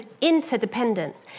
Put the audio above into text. interdependence